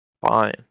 Fine